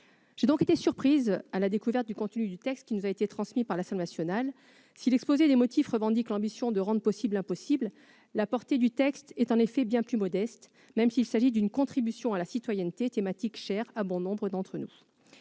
J'ai donc été surprise à la découverte du contenu du texte qui nous a été transmis par l'Assemblée nationale. Si l'exposé des motifs revendique l'ambition de « rendre possible l'impossible », la portée du texte est en effet bien plus modeste, même s'il s'agit d'une contribution à la citoyenneté, thématique chère à bon nombre d'entre nous.